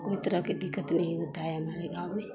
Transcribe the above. कोई दिक्कत नहीं होता है हमारे गाँव में